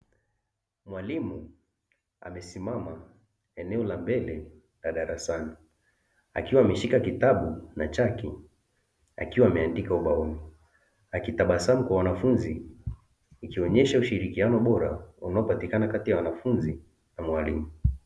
Mwalimu amesimama eneo la mbele la darasani, akiwa ameshika kitabu na chaki akiwa ameandika ubaoni, akitabasamu kwa wanafunzi ikionyesha ushirikiano bora unaopatikana kati ya wanafunzi na mwalimu.